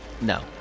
No